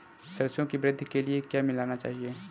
सरसों की वृद्धि के लिए क्या मिलाना चाहिए?